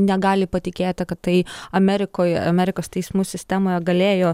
negali patikėti kad tai amerikoj amerikos teismų sistemoje galėjo